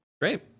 Great